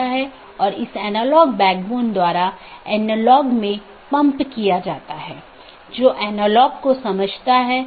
इसके बजाय हम जो कह रहे हैं वह ऑटॉनमस सिस्टमों के बीच संचार स्थापित करने के लिए IGP के साथ समन्वय या सहयोग करता है